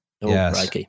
Yes